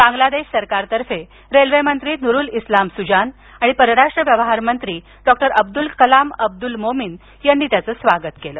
बांगलादेश सरकारतर्फे रेल्वे मंत्री नुरुल इस्लाम सुजान आणि परराष्ट्र व्यवहार मंत्री डॉक्टर अब्दुल कलाम अब्दुल मोमीन यांनी त्याचं स्वागत केल